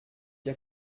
ihr